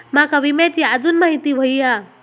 माका विम्याची आजून माहिती व्हयी हा?